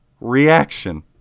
reaction